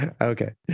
Okay